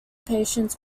patients